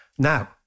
Now